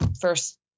first